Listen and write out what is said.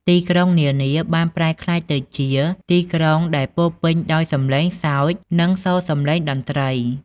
ទីក្រុងនានាបានប្រែក្លាយទៅជាទីក្រុងដែលពោរពេញដោយសំឡេងសើច និងសូរសំឡេងតន្ត្រី។